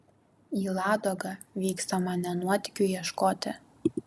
į ladogą vykstama ne nuotykių ieškoti